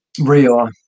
real